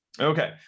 Okay